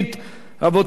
תם סדר-היום.